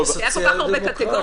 היו כל כך הרבה קטגוריות.